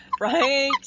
right